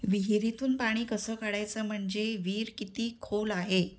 विहिरीतून पाणी कसं काढायचं म्हणजे विहीर किती खोल आहे